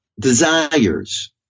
desires